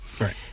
Right